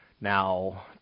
Now